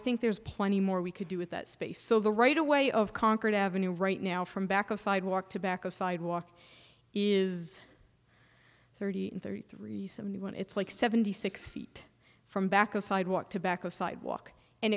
think there's plenty more we could do with that space so the right away of concord avenue right now from back of sidewalk tobacco sidewalk is thirty thirty three seventy one it's like seventy six feet from back a sidewalk tobacco sidewalk and